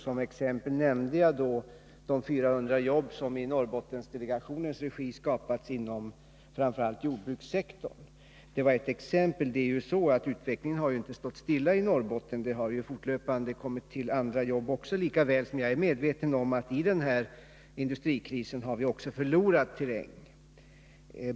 Som exempel nämnde jag de 400 jobb som i Norrbottensdelegationens regi skapats inom framför allt jordbrukssektorn. Det var alltså ett exempel. Utvecklingen har juinte stått stilla i Norrbotten, och det har fortlöpande tillkommit andra jobb också. Likväl är jag medveten om att vi i denna industrikris har förlorat terräng.